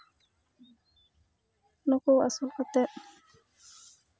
ᱱᱩᱠᱩ ᱟᱹᱥᱩᱞ ᱠᱟᱛᱮ